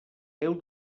heu